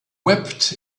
wept